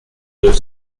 deux